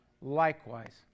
likewise